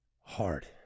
Hard